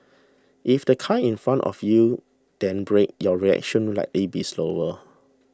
if the car in front of you then brakes your reaction like A B slower